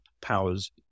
powers